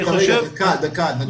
אני גם אוסיף,